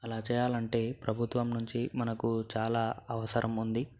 అలా చేయాలంటే ప్రభుత్వం నుంచి మనకు చాలా అవసరం ఉంది